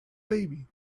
baby